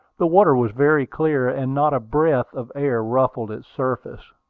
the water was very clear, and not a breath of air ruffled its surface.